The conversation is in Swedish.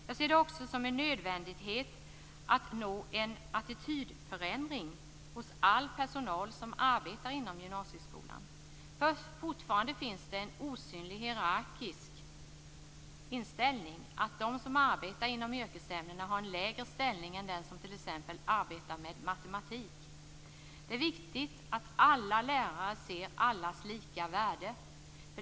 Jag ser det också som en nödvändighet att nå en attitydförändring hos all personal som arbetar inom gymnasieskolan. Fortfarande finns det en osynlig hierarkisk inställning att de som arbetar inom yrkesämnena har en lägre ställning än de som t.ex. arbetar med matematik. Det är viktigt att alla lärare ser allas lika värde.